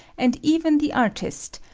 and even the artist,